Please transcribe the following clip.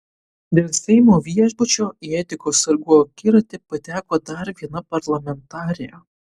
dėl seimo viešbučio į etikos sargų akiratį pateko dar viena parlamentarė